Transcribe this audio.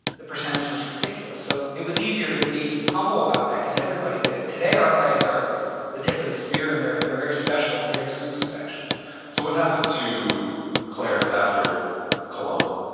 the percentage was ridiculous, so it was easier to be humble about that because everybody did it. today our guys are the tip of the spear and they're they're very special, they're very exclusive actually so what happened to clarence after cologne?